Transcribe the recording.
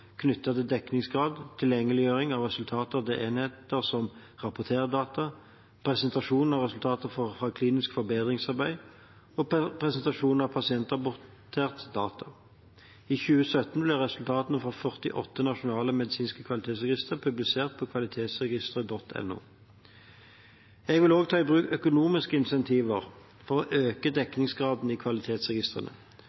knyttet til dekningsgrad, tilgjengeliggjøring av resultater til enheter som rapporterer data, presentasjon av resultater fra klinisk forbedringsarbeid og presentasjon av pasientrapporterte data. I 2017 ble resultatene fra 48 nasjonale medisinske kvalitetsregistre publisert på kvalitetsregistre.no. Jeg vil også ta i bruk økonomiske insentiver for å øke